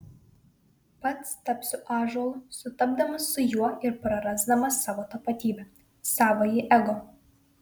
pats tapsiu ąžuolu sutapdamas su juo ir prarasdamas savo tapatybę savąjį ego